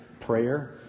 Prayer